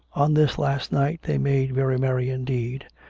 on this last night they made very merry indeed,